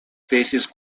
faces